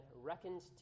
reckoned